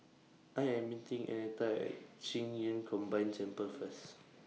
I Am meeting Annetta At Qing Yun Combined Temple First